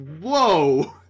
whoa